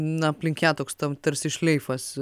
na aplink ją toks tarsi šleifas